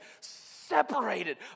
separated